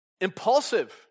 impulsive